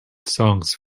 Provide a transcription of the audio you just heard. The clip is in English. songs